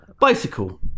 Bicycle